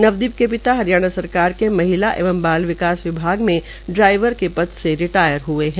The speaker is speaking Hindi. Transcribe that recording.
नवदीप के पिता हरियाणा के महिला एवं बाल विकास विभाग में ड्राईवर के पद से रिटायर हये है